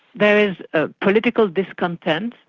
there is ah political discontent.